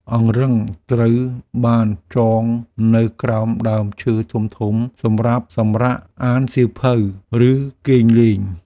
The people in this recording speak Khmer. អង្រឹងត្រូវបានចងនៅក្រោមដើមឈើធំៗសម្រាប់សម្រាកអានសៀវភៅ ឬគេងលេង។